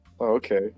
Okay